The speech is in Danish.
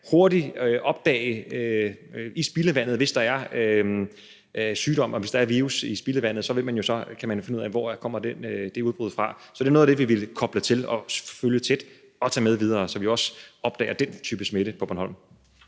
hurtigt kan opdage i spildevandet, hvis der er sygdom, og hvis der er virus i spildevandet, kan man finde ud af, hvor det udbrud kommer fra. Så det er noget af det, vi vil koble til og følge tæt og tage med videre, så vi også opdager den type smitte på Bornholm.